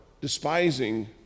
despising